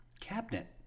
Cabinet